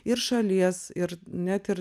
ir šalies ir net ir